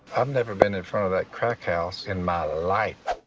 i've never been in front of that crack house in my life!